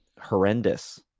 horrendous